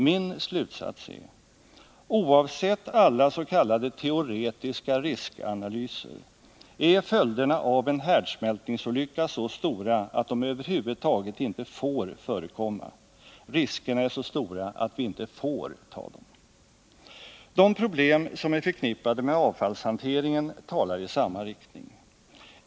Min slutsats är: Oavsett alla s.k. teoretiska riskanalyser är följderna av en härdsmältningsolycka så stora att de över huvud taget inte får förekomma. Riskerna är så stora att vi inte får ta dem. De problem som är förknippade med avfallshanteringen talar i samma riktning.